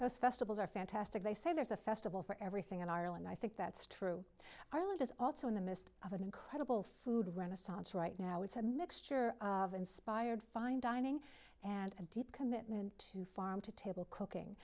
both festivals are fantastic they say there's a festival for everything in ireland i think that's true our lead is also in the midst of an incredible food renaissance right now it's a mixture of inspired fine dining and a deep commitment to farm to table cooking